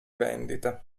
vendita